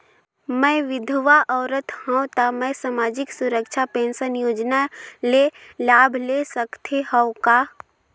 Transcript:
मैं विधवा औरत हवं त मै समाजिक सुरक्षा पेंशन योजना ले लाभ ले सकथे हव का?